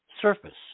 surface